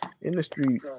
Industry